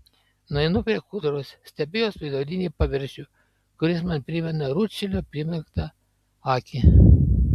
nueinu prie kūdros stebiu jos veidrodinį paviršių kuris man primena rūdšilio primerktą akį